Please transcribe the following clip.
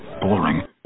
boring